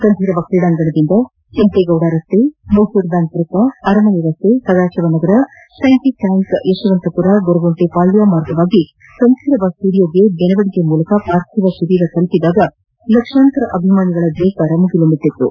ಕಂಠೀರವ ಕ್ರೀಡಾಂಗಣದಿಂದ ಕೆಂಪೇಗೌಡ ರಸ್ತೆ ಮೈಸೂರು ಬ್ಯಾಂಕ್ ವೃತ್ತ ಅರಮನೆ ರಸ್ತೆ Sadashiva Nagar Sankey tank Yeshwanthpur Goraguntepalya ಮಾರ್ಗವಾಗಿ ಕಂಠೀರವ ಸ್ಟುಡಿಯೋಕ್ಷೆ ಮೆರವಣಿಗೆ ಮೂಲಕ ಪಾರ್ಥಿವ ಶರೀರ ತಲುಪಿದಾಗ ಲಕ್ಷಾಂತರ ಅಭಿಮಾನಿಗಳ ಜಯಕರ ಮುಗಿಲು ಮುಟ್ಟತು